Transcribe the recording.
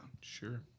Sure